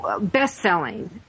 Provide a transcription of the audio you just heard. best-selling